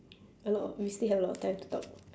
a lot of we still have a lot of time to talk